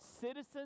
citizens